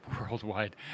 worldwide